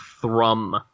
thrum